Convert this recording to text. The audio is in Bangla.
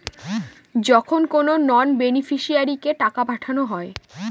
যখন কোনো নন বেনিফিশিয়ারিকে টাকা পাঠানো হয়